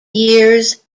years